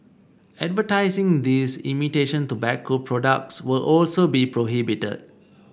advertising these imitation tobacco products will also be prohibited